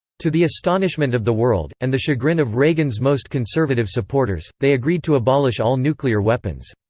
to the astonishment of the world, and the chagrin of reagan's most conservative supporters, they agreed to abolish all nuclear weapons.